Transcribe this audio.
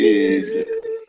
Jesus